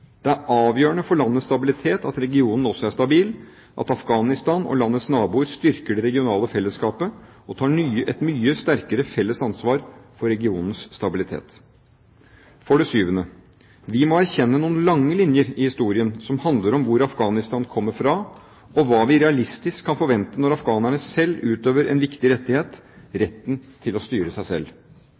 Det er avgjørende for landets stabilitet at regionen også er stabil, at Afghanistan og landets naboer styrker det regionale fellesskapet og tar et mye sterkere felles ansvar for regionens stabilitet. For det syvende: Vi må erkjenne noen lange linjer i historien som handler om hvor Afghanistan kommer fra, og hva vi realistisk kan forvente når afghanerne selv utøver en viktig rettighet – retten til å styre seg selv.